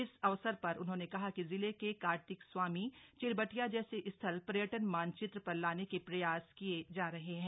इस अवसर पर उन्होंने कहा कि जिले के कार्तिक स्वामी चिरबटिया जक्षे स्थल पर्यटन मानचित्र पर लाने के प्रयास किए जा रहे हैं